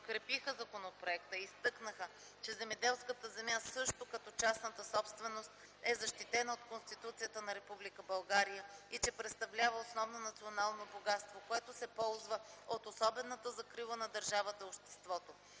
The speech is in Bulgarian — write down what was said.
подкрепиха законопроекта и изтъкнаха, че земеделската земя също като частната собственост е защитена от Конституцията на Република България и представлява основно национално богатство, което се ползва от особената закрила на държавата и обществото,